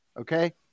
Okay